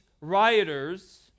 rioters